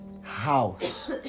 house